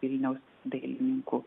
vilniaus dailininkų